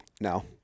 No